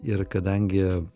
ir kadangi